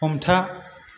हमथा